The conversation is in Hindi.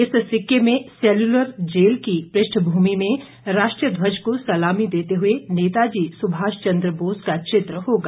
इस सिक्के में सेल्यूलर जेल की पृष्ठभूमि में राष्ट्रीय ध्वज को सलामी देते हुए नेताजी सुभाष चंद्र बोस का चित्र होगा